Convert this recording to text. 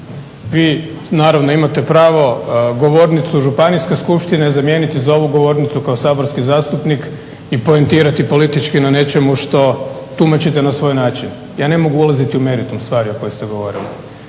Vi naravno imate pravo govornicu županijske skupštine zamijeniti za ovu govornicu kao saborski zastupnik i poentirati politički na nečemu što tumačite na svoj način. Ja ne mogu ulaziti u meritum stvari o kojoj ste govorili.